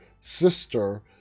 sister